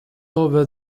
over